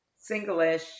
single-ish